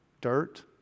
dirt